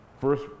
First